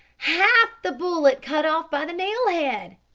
half the bullet cut off by the nail-head!